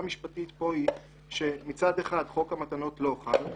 המשפטית פה היא שמצד אחד חוק המתנות לא חל,